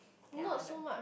ya on the